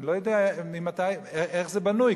אני לא יודע איך זה בנוי.